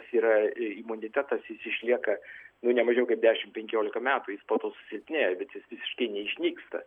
yra imunitetas jis išlieka jau ne mažiau kaip dešimt penkiolika metų jis po to susilpnėja bet jis visiškai neišnyksta